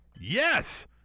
Yes